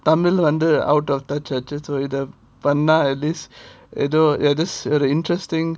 tamil under out of touch ah இத பண்ணா:idha panna at least இத பண்ணா ஏதோ :idha panna edho eh just a interesting